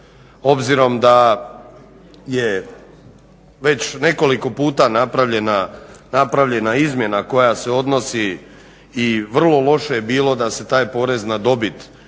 Obzirom da je već nekoliko puta napravljena izmjena koja se odnosi i vrlo loše je bilo da se taj porez na dobit